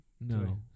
No